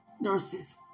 nurses